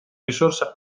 risorsa